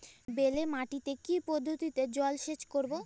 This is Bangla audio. বেলে মাটিতে কি পদ্ধতিতে জলসেচ করব?